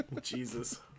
jesus